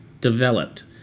Developed